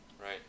right